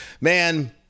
man